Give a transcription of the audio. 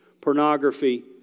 Pornography